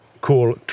cool